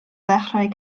ddechrau